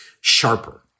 sharper